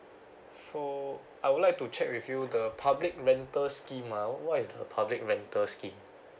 four I would like to check with you the public rental scheme ah what is the public rental scheme